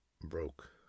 broke